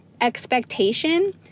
expectation